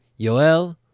Yoel